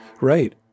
Right